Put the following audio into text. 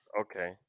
Okay